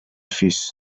fish